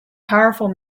powerful